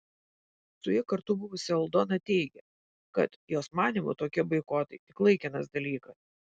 su ja kartu buvusi aldona teigė kad jos manymu tokie boikotai tik laikinas dalykas